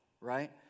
right